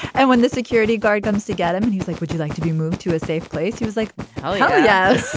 and when the security guard comes to get him and he's like would you like to be moved to a safe place he was like oh yeah yes. yeah